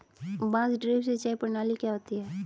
बांस ड्रिप सिंचाई प्रणाली क्या होती है?